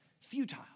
futile